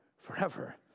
forever